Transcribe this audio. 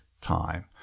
time